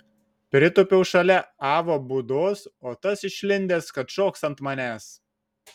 pritūpiau šalia avo būdos o tas išlindęs kad šoks ant manęs